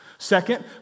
Second